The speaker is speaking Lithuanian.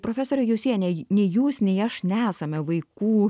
profesore jusiene nei jūs nei aš nesame vaikų